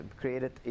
created